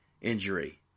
injury